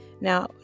now